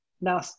now